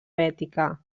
bètica